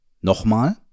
nochmal